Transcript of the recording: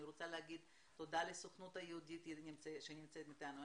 אני רוצה להגיד תודה לסוכנות היהודית שנמצאת אתנו.